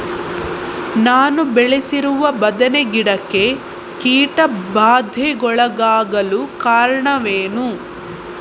ನಾನು ಬೆಳೆಸಿರುವ ಬದನೆ ಗಿಡಕ್ಕೆ ಕೀಟಬಾಧೆಗೊಳಗಾಗಲು ಕಾರಣವೇನು?